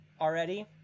already